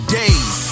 days